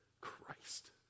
Christ